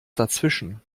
dazwischen